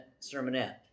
sermonette